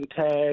tags